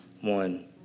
one